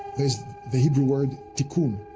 the hebrew word tikkun.